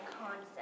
concept